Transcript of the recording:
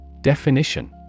Definition